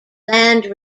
land